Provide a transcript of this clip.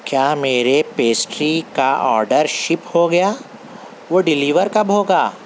کیا میرے پیسٹری کا آرڈر شپ ہو گیا وہ ڈیلیور کب ہوگا